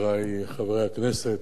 חברי חברי הכנסת,